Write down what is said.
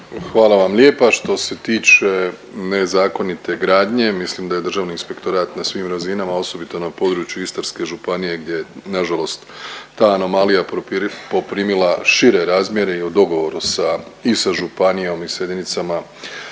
Hvala vam lijepa. Što se tiče nezakonite gradnje mislim da je Državni inspektorat na svim razinama, a osobito na području Istarske županije gdje je nažalost ta anomalija poprimila šire razmjere i u dogovoru sa i sa županijom i sa jedinicama